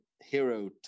hero